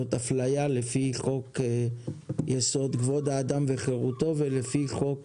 זאת אפלייה לפי חוק יסוד כבוד האדם וחירותו ולפי חוק